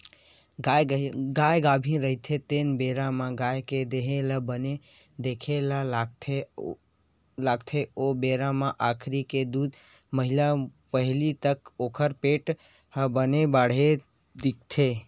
गाय गाभिन रहिथे तेन बेरा म गाय के देहे ल बने देखे ल लागथे ओ बेरा म आखिरी के दू महिना पहिली तक ओखर पेट ह बने बाड़हे दिखथे